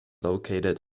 located